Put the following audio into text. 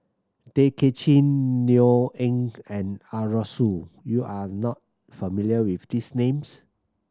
Tay Kay Chin Neo Anngee and Arasu you are not familiar with these names